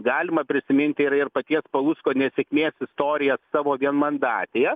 galima prisimint ir ir paties palucko nesėkmės istoriją savo vienmandatėje